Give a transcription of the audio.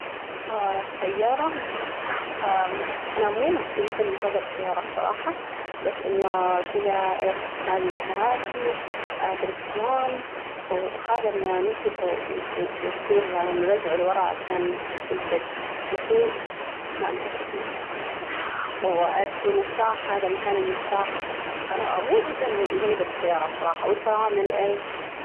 السيارة أنا مو جدا ممتازة بالسيارة بصراحة، بس إنه كده إيش؟ هذي الكراسي، دركسيون، وهذا اللي نمسكه ونصير نرجعه لورا عشان نبدأ نسوج ما أدري إيش إسمه؟ وإيش هذا المفتاح، هذا مكان المفتاح، أنا مو جداً جيدة بالسيارة بصراحة، والفرامل إي.